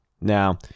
Now